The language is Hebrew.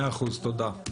מאה אחוז, תודה.